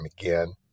again